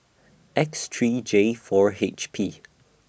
X three J four H P